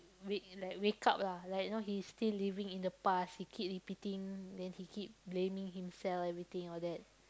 wake like wake up lah like you know he's still living in the past he keep repeating then he keep blaming himself everything all that